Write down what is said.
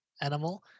animal